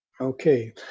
Okay